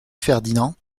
ferdinand